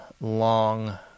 long